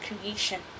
creation